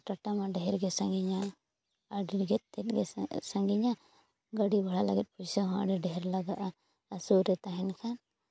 ᱴᱟᱴᱟᱢᱟ ᱰᱷᱮᱨ ᱜᱮ ᱥᱟᱹᱜᱤᱧᱟ ᱟᱹᱰᱤ ᱰᱷᱮᱨ ᱛᱮᱫ ᱜᱮ ᱥᱟᱹᱜᱤᱧᱟ ᱜᱟᱹᱰᱤ ᱵᱷᱟᱲ ᱞᱟᱹᱜᱤᱫ ᱯᱚᱭᱥᱟ ᱦᱚᱸ ᱟᱹᱰᱤ ᱰᱷᱮᱨ ᱞᱟᱜᱟ ᱟ ᱟᱨ ᱥᱩᱨ ᱨᱮ ᱛᱟᱦᱮᱱ ᱠᱷᱟᱱ